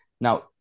Now